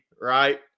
right